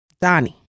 Donnie